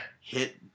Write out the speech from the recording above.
hit